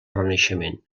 renaixement